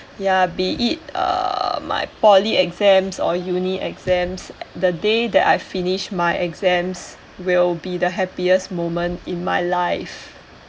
ya be in it uh my poly exams or uni exams the day that I finish my exams will be the happiest moment in my life